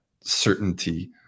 certainty